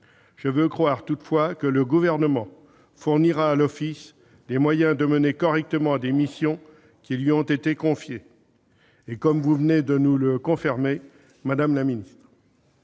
Je veux croire toutefois que le Gouvernement fournira à l'Office les moyens de mener correctement les missions qui lui ont été confiées. Vous venez d'ailleurs de nous le confirmer, madame la secrétaire